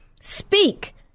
speak